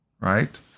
Right